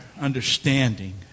understanding